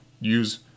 use